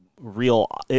real –